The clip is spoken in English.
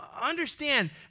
understand